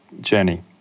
journey